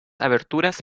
aberturas